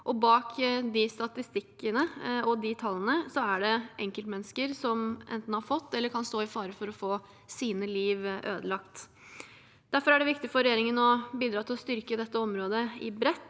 bak de statistikkene og de tallene er det enkeltmennesker som enten har fått eller som kan stå i fare for å få sine liv ødelagt. Derfor er det viktig for regjeringen å bidra til å styrke dette området bredt.